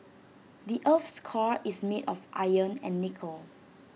the Earth's core is made of iron and nickel